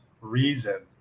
reason